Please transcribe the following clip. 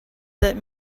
that